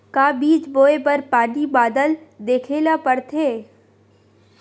का बीज बोय बर पानी बादल देखेला पड़थे?